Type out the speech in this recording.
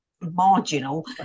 marginal